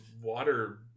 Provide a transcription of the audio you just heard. water